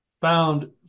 found